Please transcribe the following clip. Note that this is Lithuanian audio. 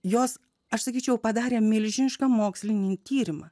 jos aš sakyčiau padarė milžinišką mokslinį tyrimą